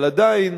אבל עדיין,